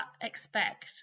expect